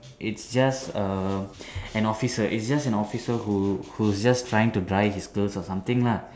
it's just um an officer it's just an officer who who was just trying to dry his clothes or something lah